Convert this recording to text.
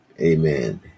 Amen